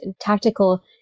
tactical